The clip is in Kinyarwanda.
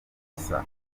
misa